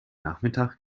nachmittag